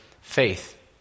faith